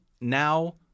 now